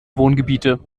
wohngebiete